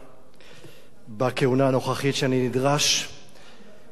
בכהונה הנוכחית שאני נדרש לעניינו של הרב